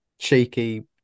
cheeky